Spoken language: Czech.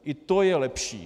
I to je lepší.